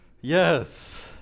Yes